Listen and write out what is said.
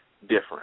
different